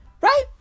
Right